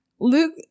Luke